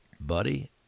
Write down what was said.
buddy